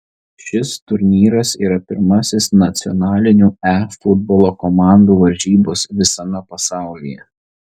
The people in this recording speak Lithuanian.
šis turnyras yra pirmasis nacionalinių e futbolo komandų varžybos visame pasaulyje